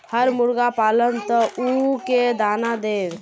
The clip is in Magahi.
हम मुर्गा पालव तो उ के दाना देव?